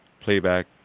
playback